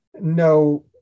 no